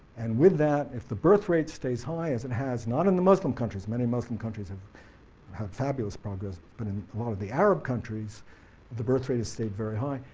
and with that, if the birthrate stays high as it has, not in the muslim countries. many muslim countries have had fabulous progress, but in a lot of the arab countries the birthrate has stayed very high,